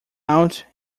out